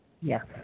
Yes